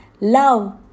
love